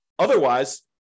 Otherwise